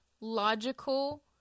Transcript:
logical